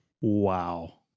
Wow